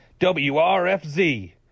WRFZ